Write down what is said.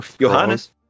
Johannes